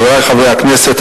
חברי חברי הכנסת,